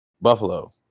Buffalo